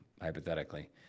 Hypothetically